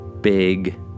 big